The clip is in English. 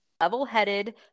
level-headed